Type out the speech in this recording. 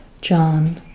John